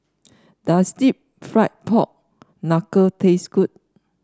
does deep fried Pork Knuckle taste good